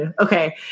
okay